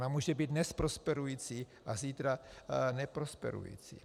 Ona může být dnes prosperující a zítra neprosperující.